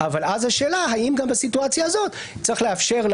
זקנים חיים בעוני, אין לכם שם מילה